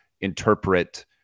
interpret